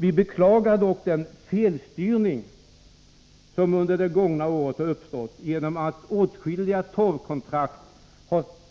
Vi beklagar dock den felstyrning som under det gångna året har uppstått genom att åtskilliga torvkontrakt